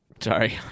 Sorry